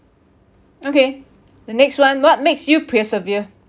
okay the next one what makes you persevere